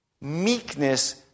meekness